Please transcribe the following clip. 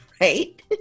Right